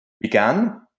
began